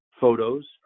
photos